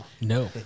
no